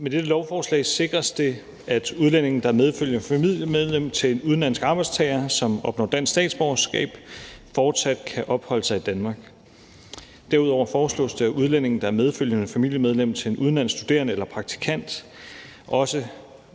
Med dette lovforslag sikres det, at udlændinge, der er medfølgende familiemedlem til en udenlandsk arbejdstager, som opnår dansk statsborgerskab, fortsat kan opholde sig i Danmark. Derudover foreslås det, at udlændinge, der er medfølgende familiemedlem til en udenlandsk studerende eller praktikant, også